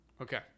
Okay